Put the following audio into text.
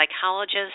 psychologist